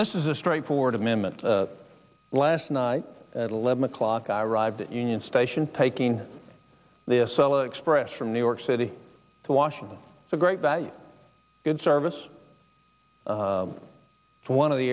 this is a straightforward amendment last night at eleven o'clock i arrived at union station taking the cell express from new york city to washington the great value good service one of the